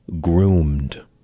groomed